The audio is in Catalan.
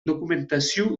documentació